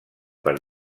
per